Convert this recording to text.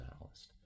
analyst